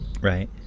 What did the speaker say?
Right